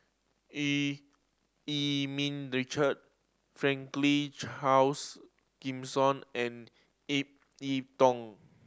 Eu Yee Ming Richard Franklin Charles Gimson and Ip Yiu Tung